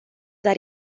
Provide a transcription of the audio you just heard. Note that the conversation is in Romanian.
dar